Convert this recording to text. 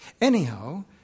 Anyhow